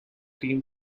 team